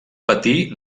patir